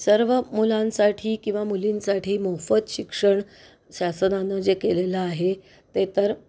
सर्व मुलांसाठी किंवा मुलींसाठी मोफत शिक्षण शासनानं जे केलेलं आहे ते तर